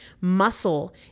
Muscle